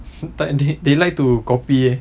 like they they like to copy